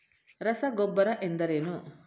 ರಸಗೊಬ್ಬರ ಎಂದರೇನು?